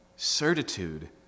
certitude